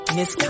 Miss